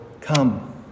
come